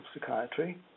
psychiatry